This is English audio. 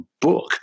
book